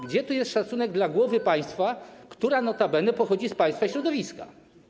Gdzie tu jest szacunek dla głowy państwa, która notabene pochodzi z państwa środowiska?